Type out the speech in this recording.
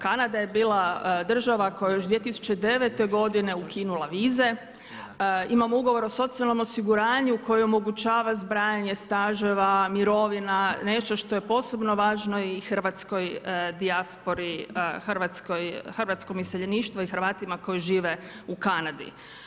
Kanada je bila država koja je još 2009. godine ukinula vize, imamo Ugovor o socijalnom osiguranju koji omogućava zbrajanje staževa, mirovina nešto što je posebno važno i hrvatskoj dijaspori, hrvatskom iseljeništvu i Hrvatima koji žive u Kanadi.